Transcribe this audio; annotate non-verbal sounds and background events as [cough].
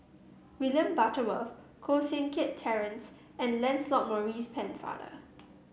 William Butterworth Koh Seng Kiat Terence and Lancelot Maurice [noise] Pennefather